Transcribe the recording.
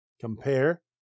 Compare